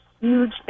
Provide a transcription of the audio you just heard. huge